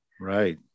Right